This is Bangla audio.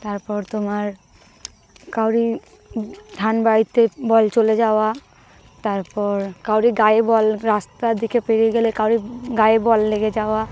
তারপর তোমার কারোর ধান বাড়িতে বল চলে যাওয়া তারপর কারোর গায়ে বল রাস্তার দিকে পেরিয়ে গেলে কারোর গায়ে বল লেগে যাওয়া